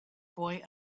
boy